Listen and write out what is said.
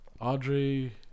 Audrey